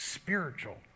Spiritual